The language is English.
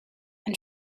and